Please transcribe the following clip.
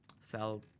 sell